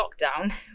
lockdown